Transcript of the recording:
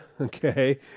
okay